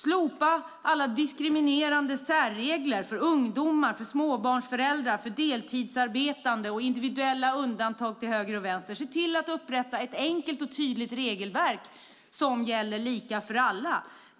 Slopa alla diskriminerande särregler för ungdomar, småbarnföräldrar, deltidsarbetande, liksom alla individuella undantag till höger och vänster! Se till att upprätta ett enkelt och tydligt regelverk som gäller lika för alla!